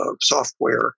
software